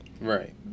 Right